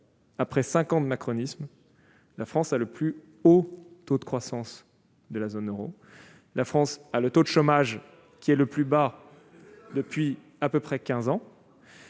qu'après cinq ans de macronisme, la France a le plus haut taux de croissance de la zone euro, son taux de chômage est au plus bas depuis à peu près quinze